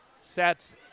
sets